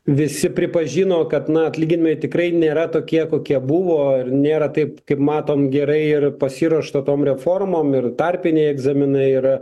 visi pripažino kad na atlyginimai tikrai nėra tokie kokie buvo ir nėra taip kaip matom gerai ir pasiruošta tom reformom ir tarpiniai egzaminai ir